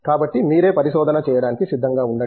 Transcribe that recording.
కాబట్టి మీరే పరిశోధన చేయడానికి సిద్ధంగా ఉండండి